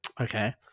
Okay